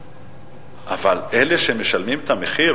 אבל אלה שמשלמים את המחיר,